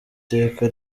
iteka